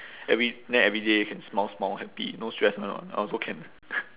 every then every day can smile smile happy no stress [one] ah I also can